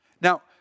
Now